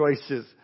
choices